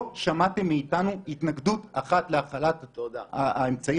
לא שמעתם מאיתנו התנגדות אחת להחלת האמצעי